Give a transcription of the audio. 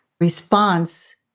Response